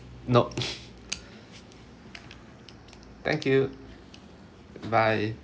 nope thank you bye